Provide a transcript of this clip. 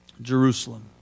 Jerusalem